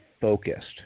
focused